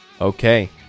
Okay